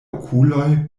okuloj